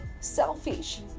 selfish